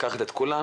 לקחת את כולם?